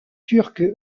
turc